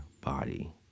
body